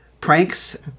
pranks